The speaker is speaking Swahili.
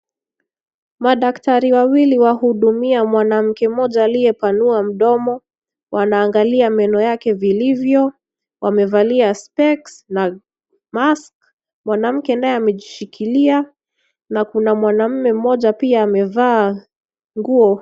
Madaktari wawili wanahudumia mwanamke mmoja aliyepanua mdomo. Wanaangalia meno yake vilivyo wamevalia specs na mask mwanamke naye amejishikilia na kuna mwanaume mmoja pia amevaa nguo .